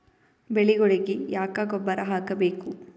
ಬೆಳಿಗೊಳಿಗಿ ಯಾಕ ಗೊಬ್ಬರ ಹಾಕಬೇಕು?